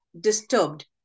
disturbed